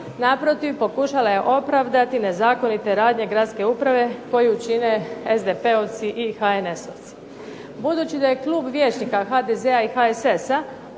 Naprotiv, pokušala je opravdati nezakonite radnje gradske uprave koju čine SDP-ovci i HNS-ovci. Budući da je klub vijećnika HDZ-a i HSS-a